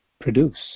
produce